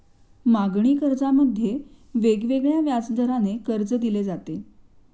मागणी कर्जामध्ये वेगवेगळ्या व्याजदराने कर्ज दिले जाते